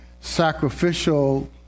sacrificial